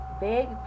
big